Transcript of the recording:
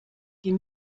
die